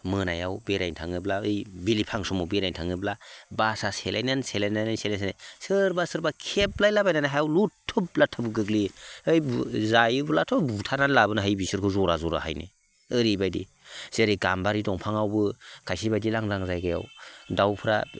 मोनायाव बेरायनो थाङोब्लाओइ बिलिफां समाव बेरायनो थाङोब्ला बासा सेलायनानै सेलायनानै सोरबा सोरबा खेबलायलाबायनानै लुथुब लाथाब गोग्लैयो ओइ जायोब्लाथ' बुथारना लाबोनो हायो बिसोरखौ जरा जराहायनो ओरैबायदि जेरै गाम्बारि दंफाङावबो खायसे बायदि लांदां जायगायाव दाउफोरा